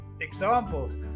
examples